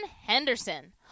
Henderson